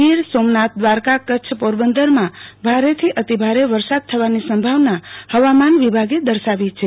ગીર સોમનાથ દવારકા કચ્છ પોરબંદરમાં ભારેથી અતિભારે વરસાદ થવાની સંભાવના હવામાન વિભાગ દર્શાવી છ